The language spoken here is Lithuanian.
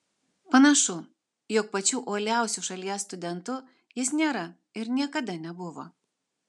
panašu jog pačiu uoliausiu šalies studentu jis nėra ir niekada nebuvo